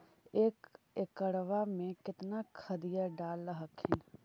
एक एकड़बा मे कितना खदिया डाल हखिन?